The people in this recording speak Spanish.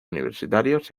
universitarios